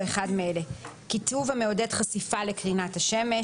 אחד מאלה: (1)כיתוב המעודד חשיפה לקרינת השמש,